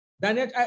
Daniel